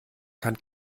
kann